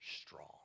strong